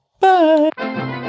bye